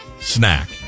snack